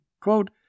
Quote